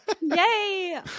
Yay